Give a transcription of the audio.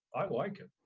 i like it.